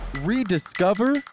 rediscover